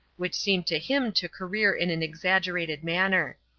which seemed to him to career in an exaggerated manner.